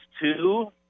two